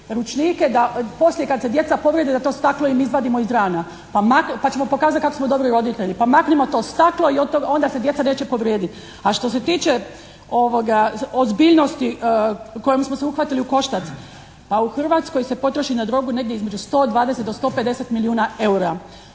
ručnike da poslije kad se djeca povrijede da to staklo im izvadimo iz rana, pa ćemo pokazati kako smo dobri roditelji. Pa maknimo to staklo i onda se djeca neće povrijediti. A što se tiče ozbiljnosti kojom smo se uhvatili u koštac. Pa u Hrvatskoj se potroši na drogu između 120 do 150 milijuna eura.